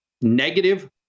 Negative